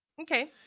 Okay